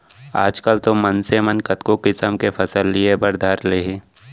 आजकाल तो मनसे मन कतको किसम के फसल लिये बर धर ले हें